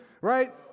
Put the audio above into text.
Right